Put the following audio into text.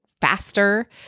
faster